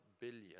billion